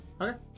Okay